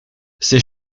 ses